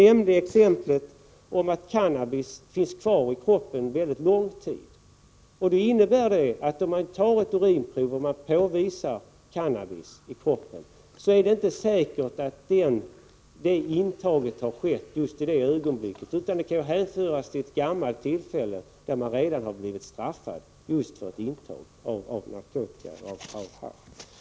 Cannabis finns, som jag nämnde, kvar i kroppen mycket lång tid, vilket innebär att ett urinprov som visar cannabis inte säkert beror på intagning som skett just då, utan det kanske kan hänföras till ett gammalt tillfälle då vederbörande redan blivit straffad just för intag av narkotika.